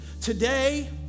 today